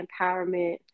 empowerment